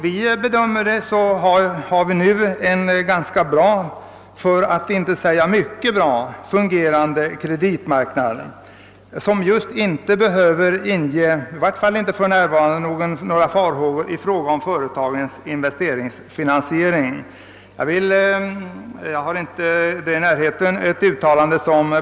Vi bedömer det så att vi nu har en ganska bra, för att inte säga mycket bra, fungerande kreditmarknad som i varje fall inte för närvarande behöver inge farhågor i fråga om företagens investeringsfinansiering.